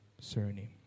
surname